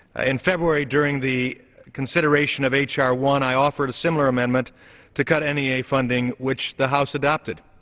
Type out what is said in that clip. in february during the consideration of h r. one i offered a similar amendment to cut n e a. funding which the house adopted.